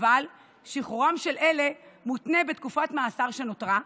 אבל שחרורם של אלה מותנה בתקופת המאסר שנותרה,